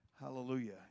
Hallelujah